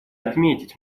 отметить